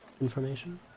information